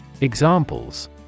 Examples